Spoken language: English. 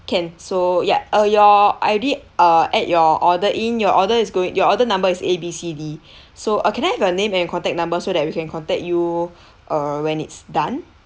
can so ya uh your I already uh add your order in your order is going your order number is A B C D so uh can I have your name and your contact number so that we can contact you uh when it's done